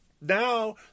Now